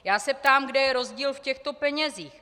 Já se ptám, kde je rozdíl v těchto penězích.